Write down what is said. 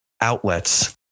outlets